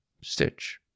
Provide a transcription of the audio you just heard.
Stitch